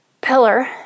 pillar